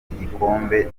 igikombe